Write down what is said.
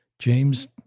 James